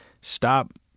Stop